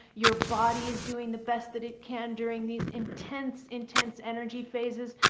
your body is doing the best that it can during these intense, intense energy phases.